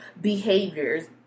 behaviors